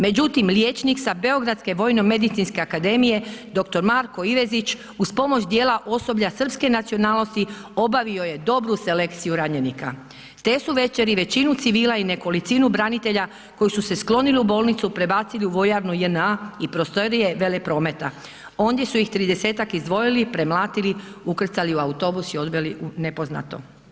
Međutim, liječnik sa beogradske Vojno medicinske akademije dr. Marko Ivezić uz pomoć dijela osoblja srpske nacionalnosti obavio je dobru selekciju ranjenika, te su večeri većinu civila i nekolicinu branitelja koji su se sklonili u bolnicu, prebacili u vojarnu JNA i prostorije Veleprometa, ondje su ih 30-tak izdvojili, premlatili, ukrcali u autobus i odveli u nepoznato.